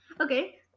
Okay